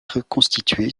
reconstituée